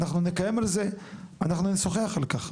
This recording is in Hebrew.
אנחנו נשוחח על כך.